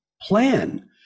plan